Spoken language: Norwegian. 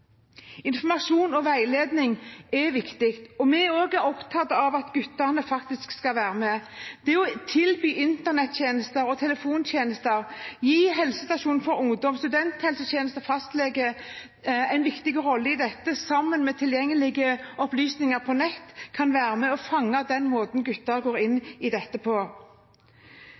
Informasjon og veiledning er viktig. Vi er også opptatt av at guttene skal være med. Det å tilby Internett- og telefontjenester, helsestasjoner for ungdom, studenthelsetjenester og fastleger en viktig rolle i dette, sammen med tilgjengelige opplysninger på nett, kan være med og fange opp den måten gutter går inn i dette på.